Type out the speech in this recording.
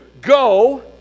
go